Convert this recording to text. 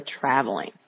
traveling